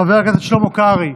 חבר הכנסת שלמה קרעי,